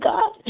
God